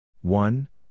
one